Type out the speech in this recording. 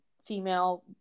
female